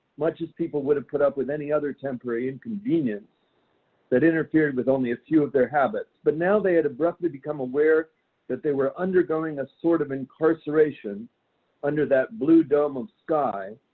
much as people would have put up with any other temporary inconvenience that interfered with only a few of their habits. but now, they had abruptly become aware that they were undergoing a sort of incarceration under that blue dome of sky,